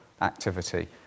activity